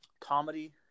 comedy